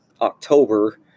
October